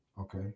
Okay